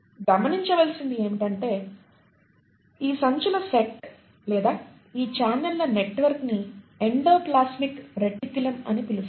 గమనించవలసినది ఏమిటంటే ఈ సంచుల సెట్ లేదా ఈ ఛానెల్ల నెట్వర్క్ని ఎండోప్లాస్మిక్ రెటిక్యులమ్ అని పిలుస్తారు